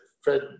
Fred